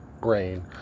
brain